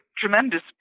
tremendous